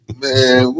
man